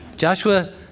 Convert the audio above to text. Joshua